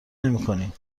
نمیکنی